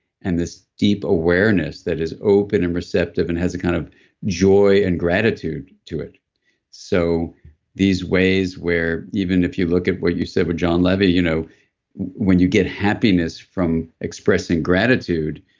and this deep awareness that is open and receptive and has a kind of joy and gratitude to it so these ways where even when you look at what you said with john levy, you know when you get happiness from expressing gratitude,